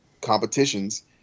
competitions